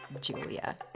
Julia